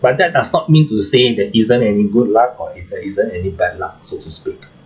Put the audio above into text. but that does not mean to say there isn't any good luck or if there isn't any bad luck so to speak